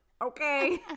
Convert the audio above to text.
Okay